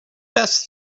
best